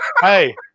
Hey